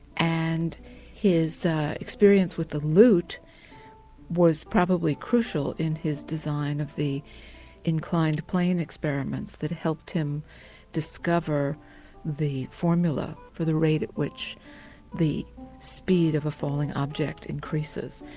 and his experience with the lute was probably crucial in his design of the inclined plane experiments that helped him discover the formula for the rate at which the speed of a falling object increases.